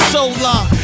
Solar